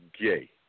gay